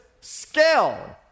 scale